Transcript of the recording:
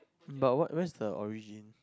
but what where is the origin